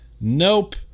Nope